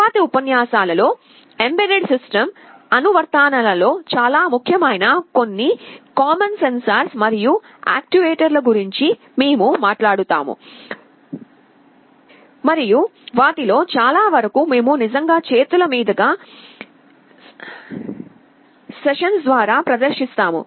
తరువాతి ఉపన్యాసాలలో embedded system అనువర్తనాలలో చాలా ముఖ్యమైన కొన్ని కామన్ సెన్సార్లు మరియు యాక్యుయేటర్ల గురించి మేము మాట్లాడుతాము మరియు వాటిలో చాలావరకు మేము నిజంగా చేతుల మీదుగా సెషన్స్ ద్వారా ప్రదర్శిస్తాము